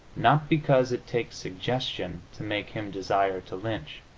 not because it takes suggestion to make him desire to lynch,